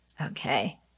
okay